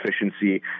efficiency